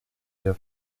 their